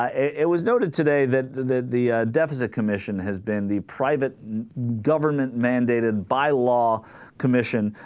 ah it was noted today that the the the ah. deficit commission has been the private government mandated by law commission